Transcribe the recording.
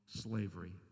slavery